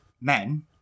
men